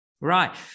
Right